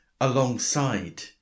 alongside